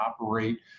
operate